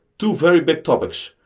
two very big topics.